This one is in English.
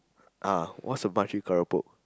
ah what's a makcik keropok